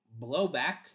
Blowback